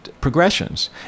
progressions